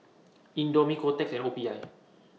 Indomie Kotex and O P I